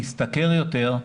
להשתכר יותר,